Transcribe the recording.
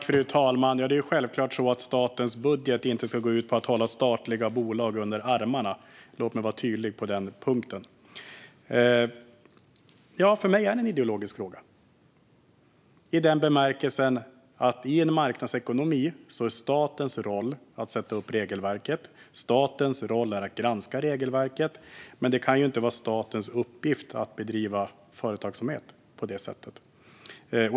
Fru talman! Det är självklart så att statens budget inte ska gå ut på att hålla statliga bolag under armarna. Låt mig vara tydlig på den punkten. Ja, för mig är detta en ideologisk fråga i den bemärkelsen att statens roll i en marknadsekonomi är att sätta upp och granska regelverket, inte att bedriva företagsamhet.